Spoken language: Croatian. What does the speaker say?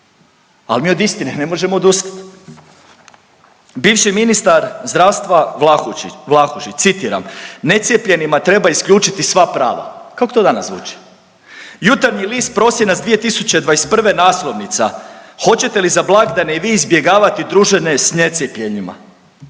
Al mi od istine ne možemo odustat. Bivši ministar zdravstva Vlahušić, citiram necijepljenima treba isključiti sva prava. Kako to danas zvuči? Jutarnji list prosinac 2021. naslovnica. Hoćete li za blagdane i vi izbjegavati druženje s necijepljenima?